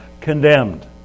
condemned